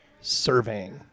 surveying